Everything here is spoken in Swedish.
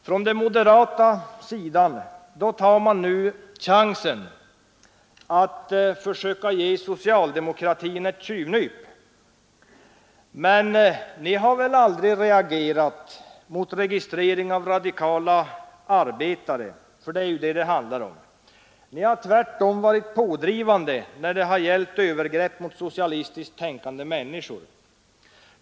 Från den moderata sidan tar man nu chansen att försöka ge socialdemokratin ett tjuvnyp, men högern har väl aldrig reagerat mot registrering av radikala arbetare — för det är ju det som det handlar om. Ni har tvärtom varit pådrivande när det har gällt övergrepp mot socialistiskt tänkande människor.